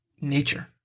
nature